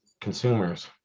consumers